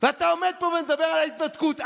ואתה עומד פה ומדבר על ההתנתקות.